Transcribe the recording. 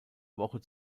woche